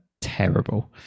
terrible